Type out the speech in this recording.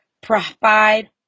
provide